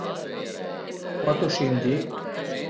Cuat o sinch di